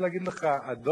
אני רוצה להגיד לך שלום